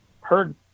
heard